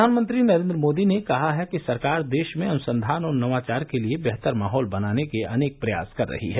प्रधानमंत्री नरेन्द्र मोदी ने कहा है कि सरकार देश में अनुसंधान और नवाचार के लिए बेहतर माहौल बनाने के अनेक प्रयास कर रही है